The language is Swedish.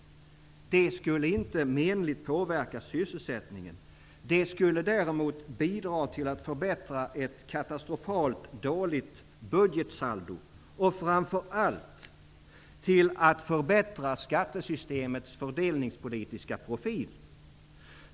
Det skulle inte menligt påverka sysselsättningen. Det skulle däremot bidra till att förbättra ett katastrofalt dåligt budgetsaldo och framför allt till att förbättra skattesystemets fördelningspolitiska profil.